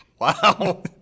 wow